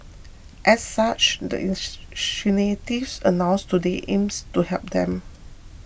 as such the announced today aims to help them